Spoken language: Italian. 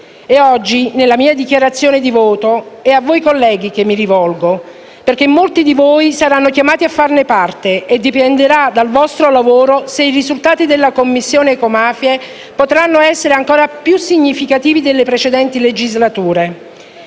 Oggi, nella mia dichiarazione di voto, è a voi colleghi che mi rivolgo, perché molti di voi saranno chiamati a farne parte e dipenderà dal vostro lavoro se i risultati della Commissione ecomafie potranno essere ancor più significativi di quelli registrati